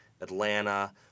Atlanta